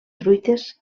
truites